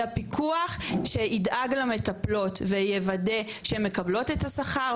אלא פיקוח שידאג למטפלות ויוודא כשהן מקבלות את השכר,